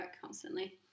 constantly